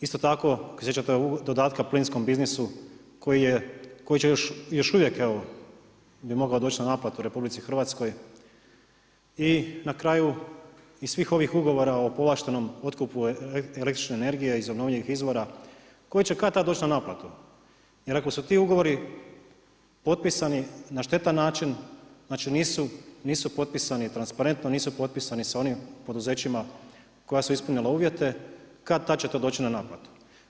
Isto tako ako se sjećate dodatka plinskom biznisu koji bi još uvijek evo mogao doći na naplatu RH i na kraju i svih ovih ugovora o povlaštenom otkupu električne energije iz obnovljivih izvora koji će kad-tad doći na naplatu jer ako su ti ugovori potpisani na štetan način, znači nisu potpisani transparentno, nisu potpisani sa onim poduzećima koja su ispunila uvjete kad-tad će to doći na naplatu.